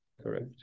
Correct